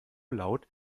laut